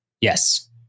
Yes